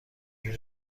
این